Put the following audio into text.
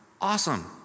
Awesome